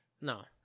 No